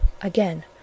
again